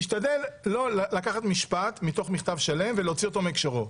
תשתדל לא לקחת משפט מתוך מכתב שלם ולהוציא אותו מהקשרו.